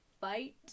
fight